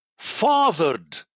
fathered